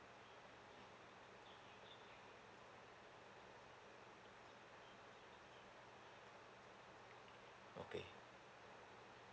okay